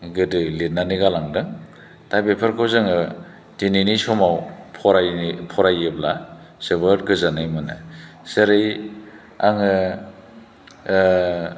गोदै लिरनानै गालांदों दा बेफोरखौ जोङो दिनैनि समाव फरायनाय फरायोब्ला जोबोद गोजोननाय मोनो जेरै आङो